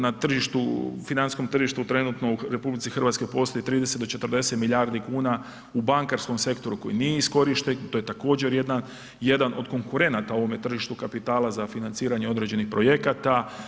Na financijskom tržištu trenutno u RH postoji 30 do 40 milijardi kuna u bankarskom sektoru koji nije iskorišten, to je također jedan od konkurenata u ovome tržištu kapitala za financiranje određenih projekata.